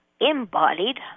embodied